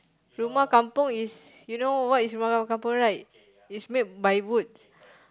rumah kampung is you know what is rumah kampung right is made by wood